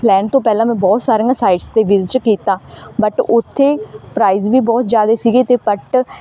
ਲੈਣ ਤੋਂ ਪਹਿਲਾਂ ਮੈਂ ਬਹੁਤ ਸਾਰੀਆਂ ਸਾਈਟਸ 'ਤੇ ਵਿਜ਼ਿਟ ਕੀਤਾ ਬਟ ਉੱਥੇ ਪ੍ਰਾਈਜ਼ ਵੀ ਬਹੁਤ ਜ਼ਿਆਦਾ ਸੀਗੇ ਅਤੇ ਬਟ